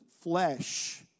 flesh